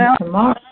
tomorrow